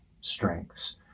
strengths